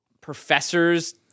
professors